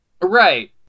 right